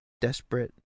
desperate